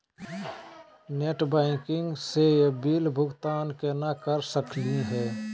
Net banking स bill भुगतान केना कर सकली हे?